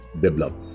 develop